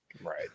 Right